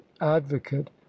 advocate